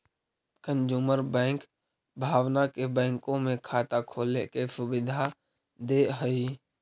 consumer bank भावना के बैंकों में खाता खोले के सुविधा दे हइ